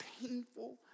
painful